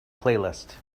playlist